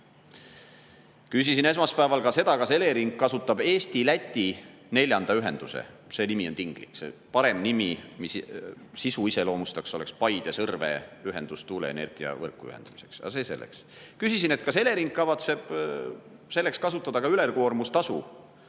esmaspäeval ka seda, kas Elering kasutab Eesti-Läti neljandat ühendust – see nimi on tinglik, parem nimi, mis sisu iseloomustaks, oleks Paide-Sõrve ühendus, aga see selleks – tuuleenergia võrku ühendamiseks. Küsisin, kas Elering kavatseb selleks kasutada ka ülekoormustasu,